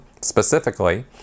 specifically